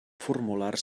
formular